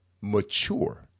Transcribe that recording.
mature